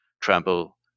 trample